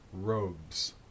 robes